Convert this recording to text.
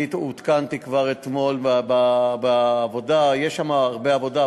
אני עודכנתי כבר אתמול בעבודה, יש שם הרבה עבודה.